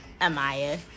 Amaya